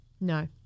No